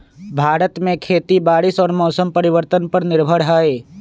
भारत में खेती बारिश और मौसम परिवर्तन पर निर्भर हई